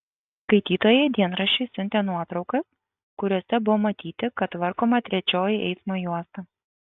skaitytojai dienraščiui siuntė nuotraukas kuriose buvo matyti kad tvarkoma trečioji eismo juosta